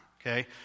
okay